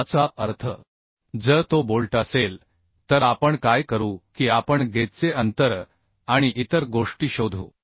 याचा अर्थ जर तो बोल्ट असेल तर आपण काय करू की आपण गेजचे अंतर आणि इतर गोष्टी शोधू